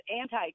anti